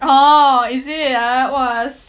oh is it ah !wah!